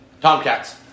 Tomcats